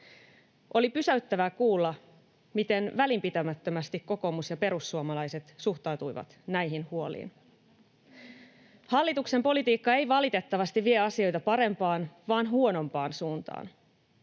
Oli pysäyttävää kuulla, miten välinpitämättömästi kokoomus ja perussuomalaiset suhtautuivat näihin huoliin. Hallituksen politiikka ei valitettavasti vie asioita parempaan, vaan huonompaan suuntaan.